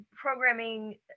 programming